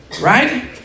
right